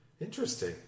Interesting